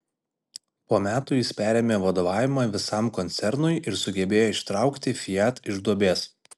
po metų jis perėmė vadovavimą visam koncernui ir sugebėjo ištraukti fiat iš duobės